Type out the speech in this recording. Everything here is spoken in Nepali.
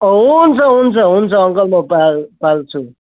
हुन्छ हुन्छ हुन्छ अङ्कल म पाल पाल्छु